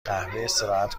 استراحت